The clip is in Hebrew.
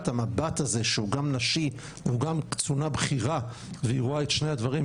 הזה שהוא גם נשי והוא גם קצונה בכירה והיא רואה את שני הדברים,